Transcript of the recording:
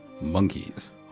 Monkeys